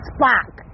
Spark